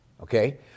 Okay